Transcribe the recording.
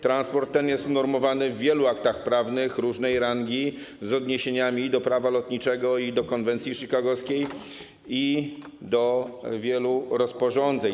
Transport ten jest normowany w wielu aktach prawnych różnej rangi, z odniesieniami do Prawa lotniczego, do konwencji chicagowskiej i do wielu rozporządzeń.